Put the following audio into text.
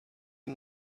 you